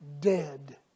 dead